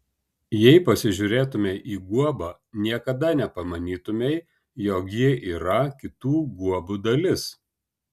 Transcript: jei pasižiūrėtumei į guobą niekada nepamanytumei jog ji yra kitų guobų dalis